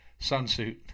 sunsuit